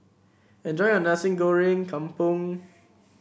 enjoy your Nasi Goreng Kampung